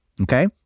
okay